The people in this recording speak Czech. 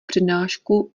přednášku